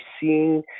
seeing